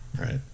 right